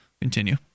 Continue